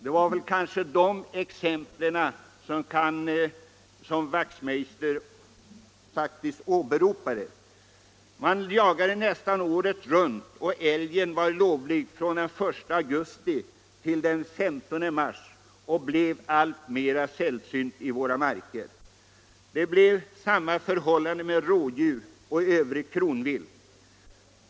Det var kanske den jakten herr Wachtmeister i Johannishus åberopade. Man jagade nästan året runt, och älgen var lovlig från den 1 augusti till den 15 mars. Den blev alltmer sällsynt i våra marker. Detsamma var förhållandet med rådjur och övrigt kronvilt.